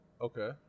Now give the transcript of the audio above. Okay